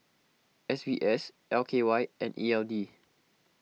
S B S L K Y and E L D